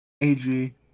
ag